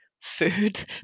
food